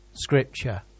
scripture